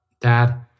Dad